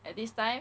at this time